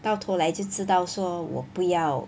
到头来就知道说我不要